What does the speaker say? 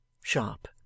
sharp